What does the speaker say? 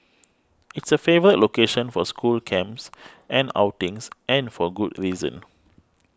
it's a favourite location for school camps and outings and for good reason